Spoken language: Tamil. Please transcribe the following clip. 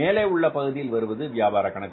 மேலே உள்ள பகுதியில் வருவது வியாபார கணக்கு